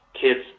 kid's